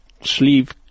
sleeve